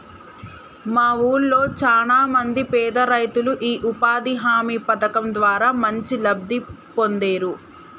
మా వూళ్ళో చానా మంది పేదరైతులు యీ ఉపాధి హామీ పథకం ద్వారా మంచి లబ్ధి పొందేరు